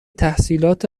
تحصیلات